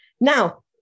now